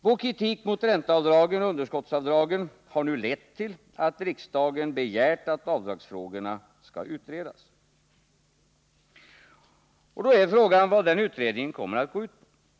Vår kritik mot ränteavdragen och underskottsavdragen har nu lett till att riksdagen begärt att avdragsfrågorna skall utredas. Då är frågan vad denna utredning kommer att gå ut på.